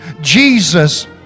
Jesus